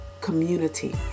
Community